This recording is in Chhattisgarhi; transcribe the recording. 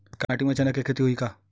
काली माटी म चना के खेती होही का?